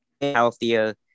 healthier